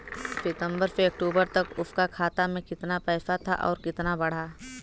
सितंबर से अक्टूबर तक उसका खाता में कीतना पेसा था और कीतना बड़ा?